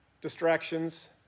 distractions